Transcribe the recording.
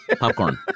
Popcorn